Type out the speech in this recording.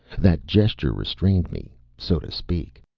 that gesture restrained me, so to speak.